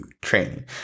training